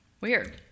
Weird